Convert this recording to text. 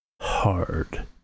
hard